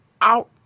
out